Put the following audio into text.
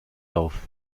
auf